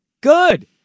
Good